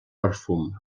perfum